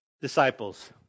disciples